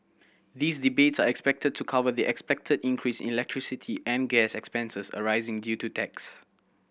these rebates are expected to cover the expected increase in electricity and gas expenses arising due to tax